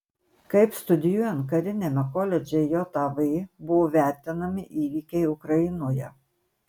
kaip studijuojant kariniame koledže jav buvo vertinami įvykiai ukrainoje